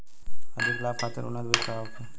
अधिक लाभ खातिर उन्नत बीज का होखे?